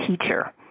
teacher